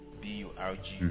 B-U-R-G